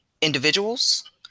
individuals